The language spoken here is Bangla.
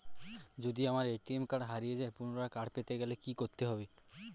যদি আমার এ.টি.এম কার্ড হারিয়ে যায় পুনরায় কার্ড পেতে গেলে কি করতে হবে?